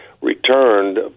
returned